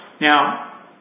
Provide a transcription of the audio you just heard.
now